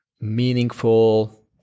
meaningful